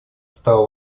стала